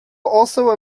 also